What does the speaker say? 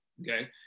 okay